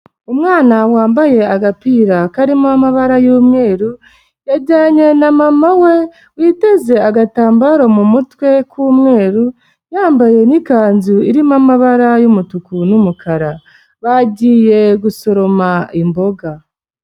Umwana wambaye agapira karimo amabara y'umweru, yajyanye na mama we witeze agatambaro mu mutwe k'umweru, yambaye n'ikanzu irimo amabara y'umutuku n'umukara, bagiye gusoroma imboga.